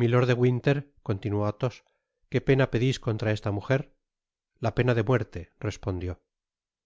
milord de winter continuó athos qué pena pedis contra esta mujer la pena de muerte respondió señores porthos y